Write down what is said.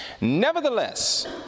Nevertheless